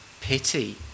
pity